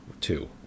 two